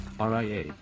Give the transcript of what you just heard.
RIA